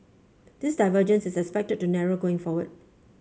this divergences is expected to narrow going forward